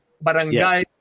Barangay